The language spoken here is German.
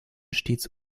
stets